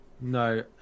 No